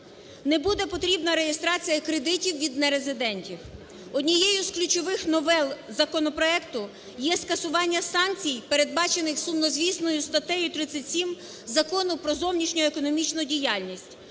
Не буде потрібна реєстрація кредитів від нерезидентів. Однією з ключових новел законопроекту є скасування санкцій, передбачених сумнозвісною статтею 37 Закону про зовнішньоекономічну діяльність.